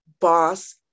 boss